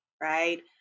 right